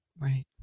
Right